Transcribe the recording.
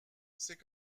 c’est